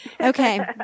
Okay